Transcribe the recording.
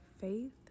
faith